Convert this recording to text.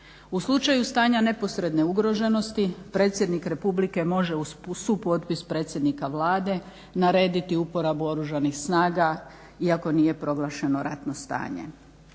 U slučaju stanja neposredne ugroženosti predsjednik republike može uz supotpis predsjednika Vlade narediti uporabu oružanih snaga iako nije proglašeno ratno stanje.